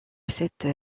cette